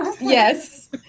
Yes